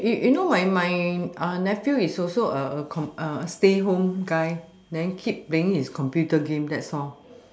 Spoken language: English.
you you you know my my nephew is also a a com stay home guy then keep playing his computer game that's all